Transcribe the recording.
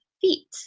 feet